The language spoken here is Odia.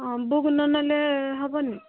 ହଁ ବୁକ୍ ନ ନେଲେ ହେବନି